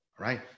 right